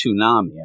tsunami